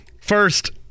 First